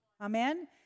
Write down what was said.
Amen